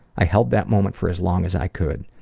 i held that moment for as long as i could.